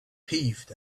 heaved